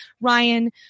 Ryan